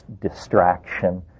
distraction